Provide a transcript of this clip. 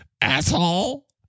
asshole